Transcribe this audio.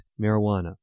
marijuana